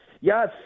Yes